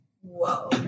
Whoa